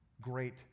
great